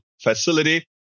facility